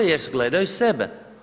Jer gledaju sebe.